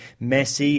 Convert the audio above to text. Messi